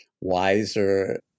wiser